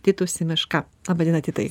titu simeška laba diena titai